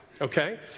Okay